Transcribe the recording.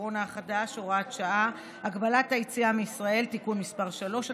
הקורונה החדש (הוראת שעה) (הגבלת היציאה מישראל) (תיקון מס' 3),